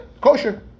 kosher